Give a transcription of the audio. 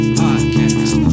podcast